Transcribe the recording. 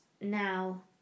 now